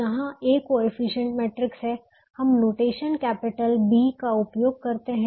जहां A coefficient matrix है हम नोटेशन कैपिटल B का उपयोग करते हैं